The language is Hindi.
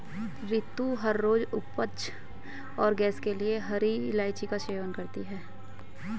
रितु हर रोज अपच और गैस के लिए हरी इलायची का सेवन करती है